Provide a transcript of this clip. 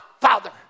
father